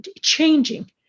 changing